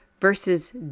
versus